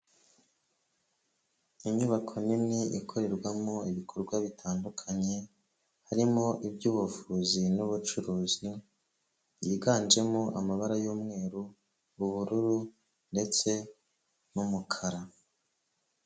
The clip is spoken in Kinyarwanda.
Inyubako nini ikorerwamo ibikorwa bitandukanye, harimo iby'ubuvuzi n'ubucuruzi, byiganjemo amabara y'umweru, ubururu ndetse n'umukara.